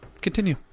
Continue